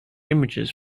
images